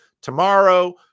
Tomorrow